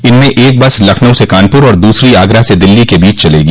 इनमें एक बस लखनऊ से कानपुर और दूसरी आगरा से दिल्ली के बीच चलेगी